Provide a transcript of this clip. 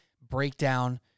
breakdown